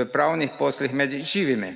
v pravni poslih med živimi.